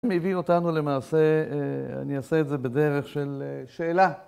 הם הביאו אותנו למעשה, אני אעשה את זה בדרך של שאלה.